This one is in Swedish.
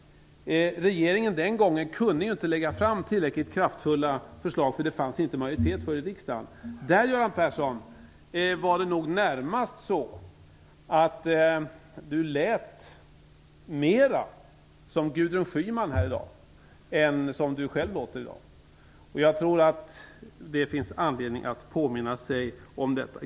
Regeringen kunde den gången inte lägga fram tillräckligt kraftfulla förslag, eftersom det inte fanns majoritet för dem i riksdagen. Däremot var det nog närmast så att Göran Persson mera lät som Gudrun Schyman låter här i dag jämfört med hur han låter i dag. Jag tror att det finns anledning att påminna sig om detta.